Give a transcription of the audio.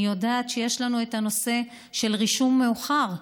אני יודעת שיש לנו את הנושא של רישום מאוחר,